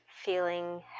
feeling